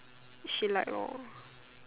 she like lor